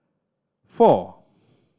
four